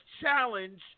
challenge